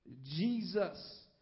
Jesus